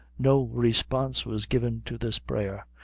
no response was given to this prayer,